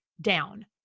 down